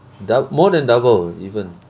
doub~ more than double even